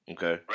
Okay